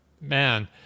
man